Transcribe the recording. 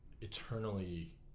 eternally